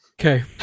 Okay